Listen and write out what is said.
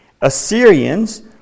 Assyrians